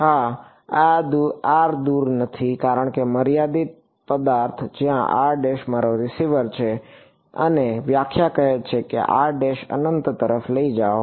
હા આર દૂર નથી કારણ કે મર્યાદિત પદાર્થ જ્યાં મારો રીસીવર છે અને વ્યાખ્યા કહે છે કે અનંત તરફ લઈ જાઓ